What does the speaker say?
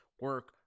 Work